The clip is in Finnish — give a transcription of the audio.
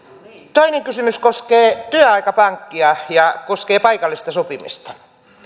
toinen kysymys koskee työaikapankkia ja ja koskee paikallista sopimista